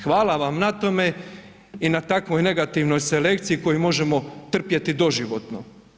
Hvala vam na tome i na takvoj negativnoj selekciji koju možemo trpjeti doživotno.